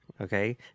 Okay